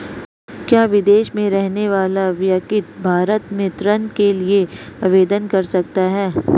क्या विदेश में रहने वाला व्यक्ति भारत में ऋण के लिए आवेदन कर सकता है?